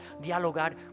dialogar